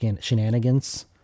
shenanigans